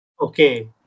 Okay